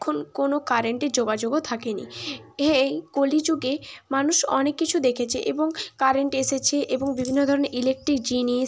তখন কোনো কারেন্টের যোগাযোগও থাকেনি এই কলিযুগে মানুষ অনেক কিছু দেখেছে এবং কারেন্ট এসেছে এবং বিভিন্ন ধরনের ইলেকট্রিক জিনিস